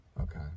Okay